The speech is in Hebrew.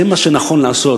זה מה שנכון לעשות.